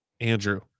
Andrew